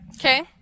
Okay